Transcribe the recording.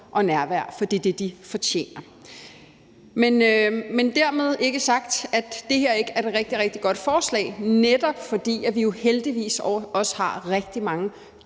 og nærvær, for det er det, de fortjener. Men dermed ikke sagt, at det her ikke er et rigtig, rigtig godt forslag, netop fordi vi jo heldigvis også har rigtig mange